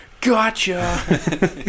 Gotcha